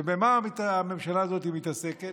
ובמה הממשלה הזאת מתעסקת?